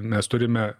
mes turime